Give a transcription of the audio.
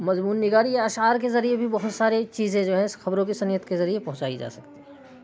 مضمون نگاری یا اشعار کے ذریعہ بھی بہت ساری چیزیں جو ہے خبروں کی صنعت کے ذریعہ پہنچائی جاسکتی